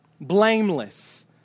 blameless